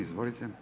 Izvolite.